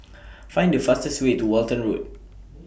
Find The fastest Way to Walton Road